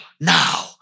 Now